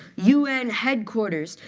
un headquarters,